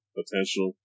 potential